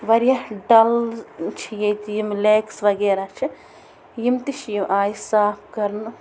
واریاہ ڈَل چھِ ییٚتہِ یمِ لیکٕس وغیرہ چھِ یِم تہِ چھِ آیہِ صاف کرنہٕ